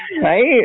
right